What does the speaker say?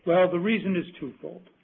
the reason is twofold.